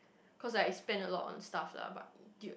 cause I spend a lot on stuff lah but I~ dude